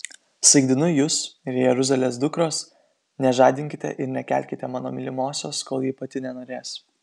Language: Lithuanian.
saikdinu jus jeruzalės dukros nežadinkite ir nekelkite mano mylimosios kol ji pati nenorės